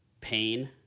pain